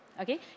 okay